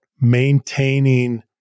maintaining